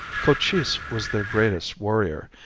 cochise was their greatest warrior,